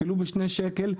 אפילו בשני שקל,